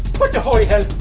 what the holy hell?